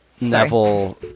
Neville